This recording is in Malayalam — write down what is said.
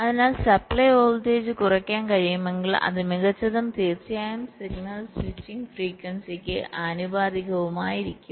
അതിനാൽ സപ്ലൈ വോൾട്ടേജ് കുറയ്ക്കാൻ കഴിയുമെങ്കിൽ അത് മികച്ചതും തീർച്ചയായും സിഗ്നൽ സ്വിച്ചിംഗ് ഫ്രീക്വൻസിക്ക് ആനുപാതികവുമായിരിക്കും